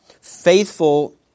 Faithful